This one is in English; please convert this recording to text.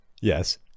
yes